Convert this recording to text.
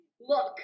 Look